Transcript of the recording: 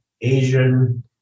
Asian